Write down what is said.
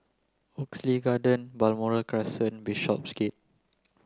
Oxley Garden Balmoral Crescent Bishopsgate